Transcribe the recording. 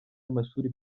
amashuri